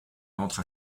entre